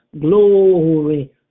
Glory